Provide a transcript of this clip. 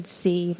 see